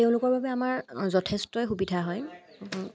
তেওঁলোকৰ বাবে আমাৰ যথেষ্টই সুবিধা হয়